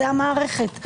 זה המערכת.